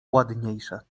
ładniejsze